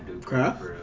Craft